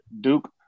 Duke